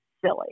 silly